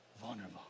vulnerable